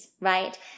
right